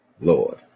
Lord